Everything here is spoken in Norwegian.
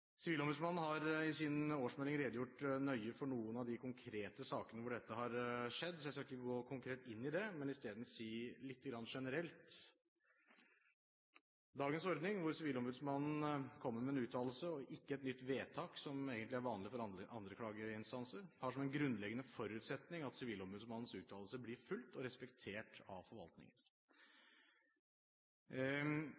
Sivilombudsmannen har i sin årsmelding redegjort nøye for noen av de konkrete sakene hvor dette har skjedd, så jeg skal ikke gå konkret inn i det, men i stedet si litt generelt. Dagens ordning, hvor Sivilombudsmannen kommer med en uttalelse, og ikke et nytt vedtak, som egentlig er vanlig for andre klageinstanser, har som en grunnleggende forutsetning at Sivilombudsmannens uttalelser blir fulgt og respektert av forvaltningen.